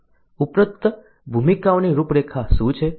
ઉપરોક્ત ભૂમિકાઓની રૂપરેખા શું છે